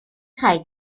rhaid